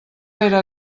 era